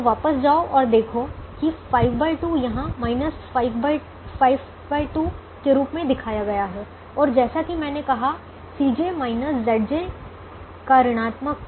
तो वापस जाओ और देखो कि 52 यहाँ 5 2 के रूप में दिखाया गया है जैसा कि मैंने कहा Cj Zj का ऋणात्मक